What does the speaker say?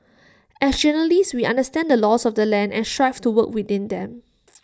as journalists we understand the laws of the land and strive to work within them